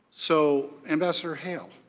so, ambassador hill,